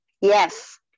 Yes